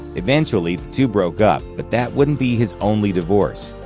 eventually, the two broke up, but that wouldn't be his only divorce.